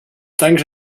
tancs